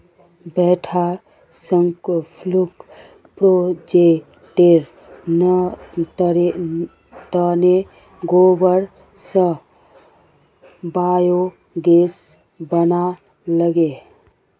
बेटा स्कूल प्रोजेक्टेर तने गोबर स बायोगैस बना ले